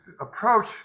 approach